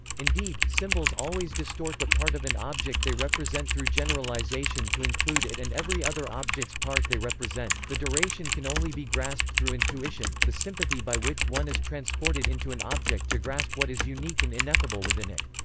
indeed, symbols always distort the part of an object they represent through generalization to include it and every other objects' part they represent the duration can only be grasped through intuition, the sympathy by which one is transported into an object to grasp what is unique and ineffable within it.